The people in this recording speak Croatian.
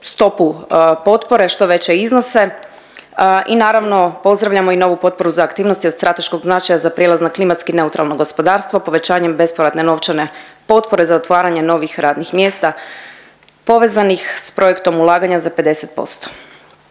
stopu potpore, što veće iznose i naravno, pozdravljamo i novu potporu za aktivnosti od strateškog značaja za prijelaz na klimatski neutralno gospodarstvo, povećanjem bespovratne novčane potpore za otvaranje novih radnih mjesta povezanih s projektom ulaganja za 50%.